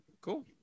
cool